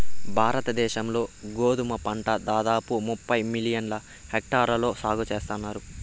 భారత దేశం లో గోధుమ పంట దాదాపు ముప్పై మిలియన్ హెక్టార్లలో సాగు చేస్తన్నారు